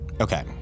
Okay